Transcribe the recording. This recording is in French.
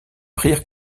prirent